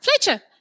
Fletcher